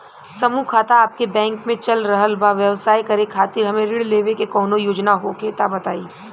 समूह खाता आपके बैंक मे चल रहल बा ब्यवसाय करे खातिर हमे ऋण लेवे के कौनो योजना होखे त बताई?